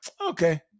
okay